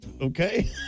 Okay